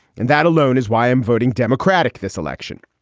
and that alone is why i'm voting democratic this election.